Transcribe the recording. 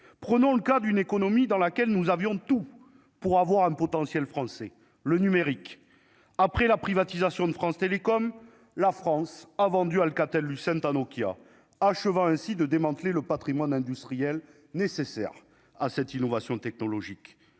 prenons le cas d'une économie dans laquelle nous avions tout pour avoir un potentiel français le numérique après la privatisation de France Télécom, la France a vendu Alcatel-Lucent un Nokia, achevant ainsi de démanteler le Patrimoine industriel nécessaire à cette innovation technologique